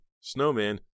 Snowman